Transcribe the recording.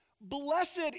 blessed